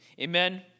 Amen